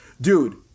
dude